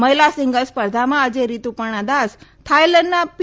મહિલા સિંગલ્સ સ્પર્ધામાં આજે રિતુપર્ણા દાસ થાઇલેન્ડના પી